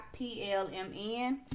plmn